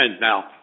Now